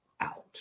out